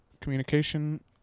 Communication